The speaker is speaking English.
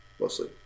mostly